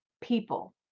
people